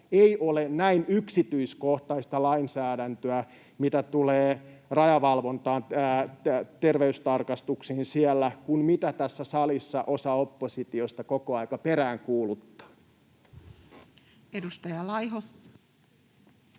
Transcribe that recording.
ei ole näin yksityiskohtaista lainsäädäntöä, mitä tulee terveystarkastuksiin siellä, kuin mitä tässä salissa osa oppositiosta koko ajan peräänkuuluttaa? Edustaja Laiho.